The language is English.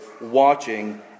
watching